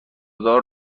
دار